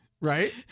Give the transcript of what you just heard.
Right